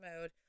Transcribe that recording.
mode